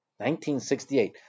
1968